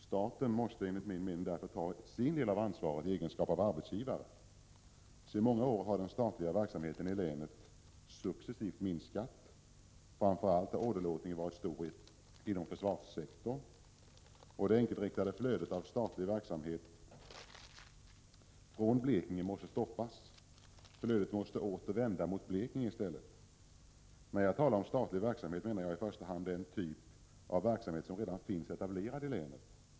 Staten i sin egenskap av arbetsgivare måste därför enligt min mening ta sin del av ansvaret. Sedan många år har den statliga verksamheten i länet successivt minskat. Åderlåtningen har varit stor inom framför allt försvarssektorn. Det enkelriktade flödet av statlig verksamhet från Blekinge måste stoppas. Flödet måste i stället åter vända mot Blekinge. När jag talar om statlig verksamhet menar jag i första hand den typ av verksamhet som redan finns etablerad i länet.